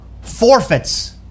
forfeits